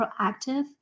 proactive